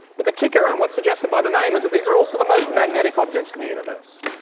but the kicker, and what's suggested by the name, is that these are also the most magnetic objects in the universe.